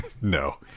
No